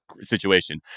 situation